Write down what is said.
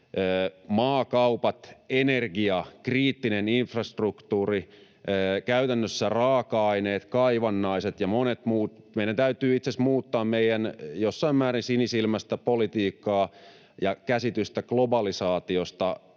maakaupat, energia, kriittinen infrastruktuuri, käytännössä raaka-aineet, kaivannaiset ja monet muut. Meidän täytyy itse asiassa muuttaa meidän jossain määrin sinisilmästä politiikkaamme ja käsitystä globalisaatiosta